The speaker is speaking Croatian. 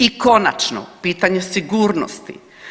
I konačno pitanje sigurnosti.